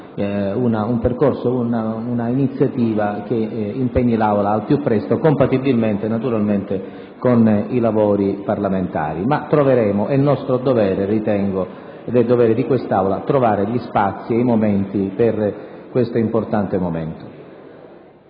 un percorso, una iniziativa che impegni l'Aula al più presto, compatibilmente con i lavori parlamentari. Ritengo sia nostro dovere, ed è dovere di quest'Aula, trovare gli spazi e i tempi per questo importante momento.